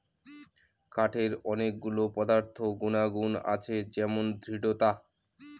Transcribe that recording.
কাঠের অনেক গুলো পদার্থ গুনাগুন আছে যেমন দৃঢ়তা